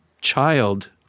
child